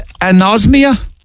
anosmia